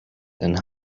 and